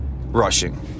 rushing